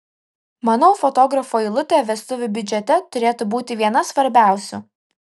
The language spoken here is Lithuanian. manau fotografo eilutė vestuvių biudžete turėtų būti viena svarbiausių